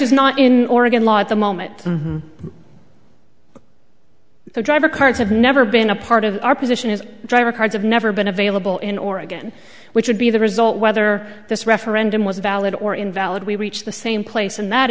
is not in oregon law at the moment the driver cards have never been a part of our position is driver cards have never been available in oregon which would be the result whether this referendum was valid or invalid we reach the same place and that